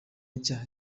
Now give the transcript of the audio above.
nshya